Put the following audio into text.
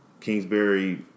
Kingsbury